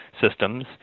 systems